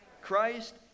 Christ